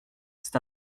c’est